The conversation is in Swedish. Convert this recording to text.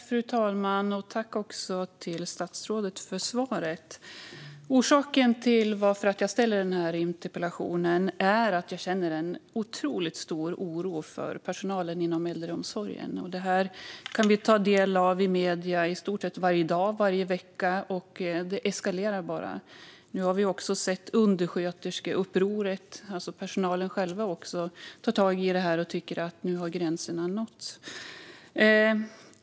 Fru talman! Jag tackar statsrådet för svaret. Skälet till att jag har ställt den här interpellationen är att jag känner en otroligt stor oro för personalen inom äldreomsorgen. Vi kan ta del av detta i medier i stort sett varje dag, varje vecka. Det eskalerar bara. Nu har vi också sett undersköterskeupproret - personalen själv tar tag i det här och tycker att gränserna har nåtts.